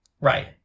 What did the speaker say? Right